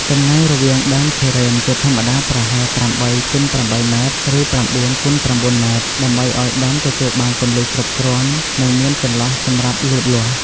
ចម្ងាយរវាងដើមទុរេន ជាធម្មតាប្រហែល ៨ x ៨ ម៉ែត្រ ឬ ៩ x ៩ ម៉ែត្រ ដើម្បីឱ្យដើមទទួលបានពន្លឺគ្រប់គ្រាន់ និងមានចន្លោះសម្រាប់លូតលាស់។